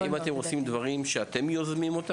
האם אתם עושים דברים שאתם יוזמים?